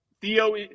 Theo